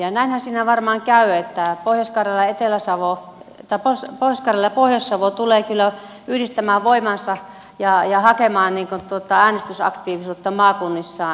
näinhän siinä varmaan käy että pohjois karjala ja pohjois savo tulevat kyllä yhdistämään voimansa ja hakemaan äänestysaktiivisuutta maakunnissaan